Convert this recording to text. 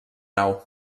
nau